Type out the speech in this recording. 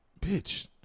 bitch